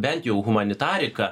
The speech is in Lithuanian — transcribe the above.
bent jau humanitariką